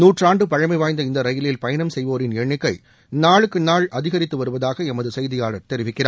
நூற்றாண்டு பழமை வாய்ந்த இந்த ரயிலில் பயணம் செய்வோரின் எண்ணிக்கை நாளுக்கு நாள் அதிகரித்து வருவதாக எமது செய்தியாளர் தெரிவிக்கிறார்